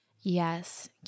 Yes